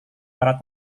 para